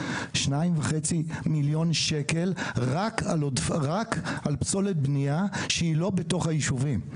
2.5 מיליון שקלים רק על פסולת בנייה שהיא לא בתוך היישובים.